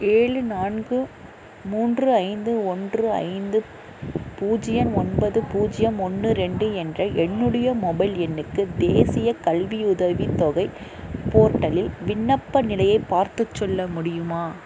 ஏழு நான்கு மூன்று ஐந்து ஒன்று ஐந்து பூஜ்ஜியம் ஒன்பது பூஜ்ஜியம் ஒன்று ரெண்டு என்ற என்னுடைய மொபைல் எண்ணுக்கு தேசியக் கல்வியுதவித் தொகை போர்ட்டலில் விண்ணப்ப நிலையைப் பார்த்துச் சொல்ல முடியுமா